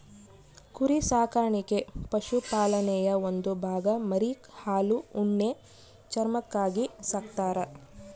ಕುರಿ ಸಾಕಾಣಿಕೆ ಪಶುಪಾಲನೆಯ ಒಂದು ಭಾಗ ಮರಿ ಹಾಲು ಉಣ್ಣೆ ಚರ್ಮಕ್ಕಾಗಿ ಸಾಕ್ತರ